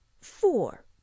four